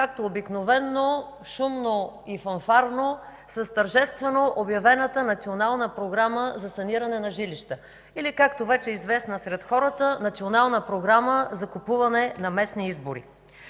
както обикновено шумно и фанфарно с тържествено обявената Национална програма за саниране на жилища или както вече е известна сред хората Национална програма за купуване на местни избори.